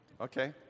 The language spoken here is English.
Okay